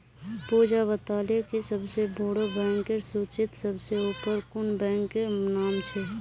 पूजा पूछले कि सबसे बोड़ो बैंकेर सूचीत सबसे ऊपर कुं बैंकेर नाम छे